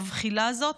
המבחילה הזאת,